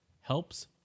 Helps